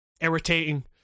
irritating